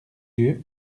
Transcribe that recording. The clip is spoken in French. yeux